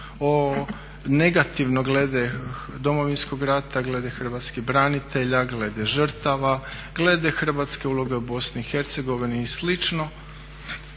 negativno glede Domovinskog rata, glede hrvatskih branitelja, glede žrtava, glede hrvatske uloge u BiH i slično, no tu